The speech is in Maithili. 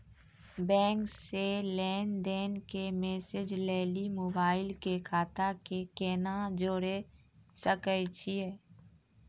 बैंक से लेंन देंन के मैसेज लेली मोबाइल के खाता के केना जोड़े सकय छियै?